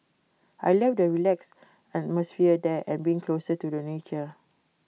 I love the relaxed atmosphere there and being closer to the nature